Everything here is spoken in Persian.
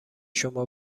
شما